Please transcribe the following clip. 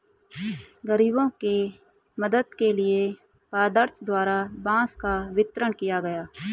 गरीबों के मदद के लिए पार्षद द्वारा बांस का वितरण किया गया